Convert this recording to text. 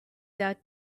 that